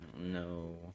No